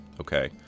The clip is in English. Okay